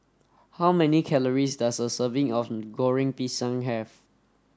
how many calories does a serving of Goreng Pisang have